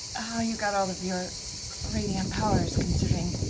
how you got all of your radiant powers, considering